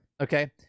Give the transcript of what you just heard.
Okay